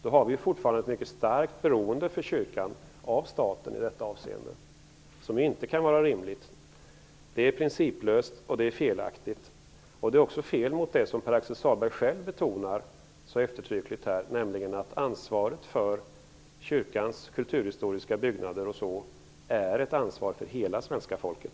Då blir kyrkan fortfarande mycket starkt beroende av staten, och det kan inte vara rimligt. Det är principlöst, felaktigt och också fel mot det som Pär-Axel Sahlberg själv betonar så eftertryckligt, nämligen att ansvaret för kyrkans kulturhistoriska byggnader m.m. är ett ansvar för hela svenska folket.